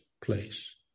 place